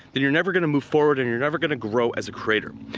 then you're never gonna move forward and you're never gonna grow as a creator.